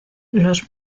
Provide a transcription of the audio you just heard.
los